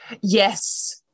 Yes